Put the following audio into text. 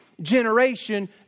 generation